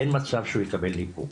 אין מצב שהוא יקבל ניפוק,